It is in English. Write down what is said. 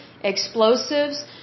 explosives